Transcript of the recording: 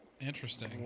Interesting